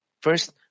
First